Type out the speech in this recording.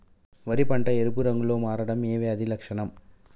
వరి పంట ఎరుపు రంగు లో కి మారడం ఏ వ్యాధి లక్షణం?